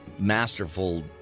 Masterful